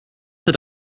that